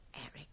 Eric